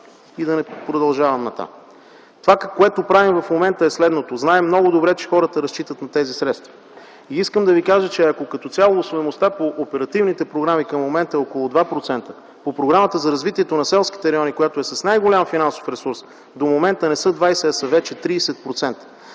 и да не продължавам нататък. Това, което правим в момента е следното – знаем много добре, че хората разчитат на тези средства. Искам да Ви кажа, че ако като цяло усвояемостта по оперативните програми към момента е около 2%, по Програмата за развитието на селските райони, която е с най-голям финансов ресурс, до момента не са 20, а са вече 30%!